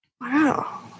Wow